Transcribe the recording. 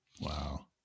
wow